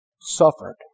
suffered